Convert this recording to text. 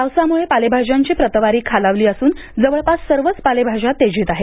पावसामुळे पालेभाज्यांची प्रतवारी खालावली असून जवळपास सर्वच पालेभाज्या तेजीत आहेत